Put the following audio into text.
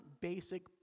basic